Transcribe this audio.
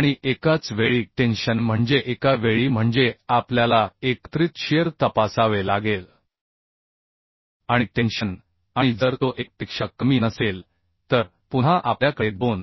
आणि एकाच वेळी टेन्शन म्हणजे एका वेळी म्हणजे आपल्याला एकत्रित शिअर तपासावे लागेल आणि टेन्शन आणि जर तो 1 पेक्षा कमी नसेल तर पुन्हा आपल्याकडे 2